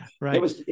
Right